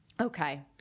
Okay